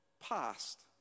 past